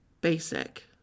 basic